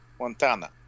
Montana